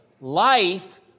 life